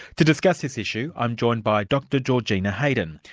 to discuss this issue, i'm joined by dr georgina heydon,